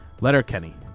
Letterkenny